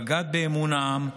בגד באמון העם,